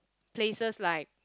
places like